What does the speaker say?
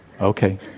Okay